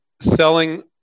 selling